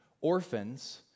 orphans